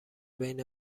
بین